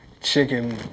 chicken